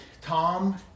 Tom